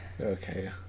Okay